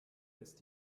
ist